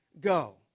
go